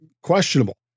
questionable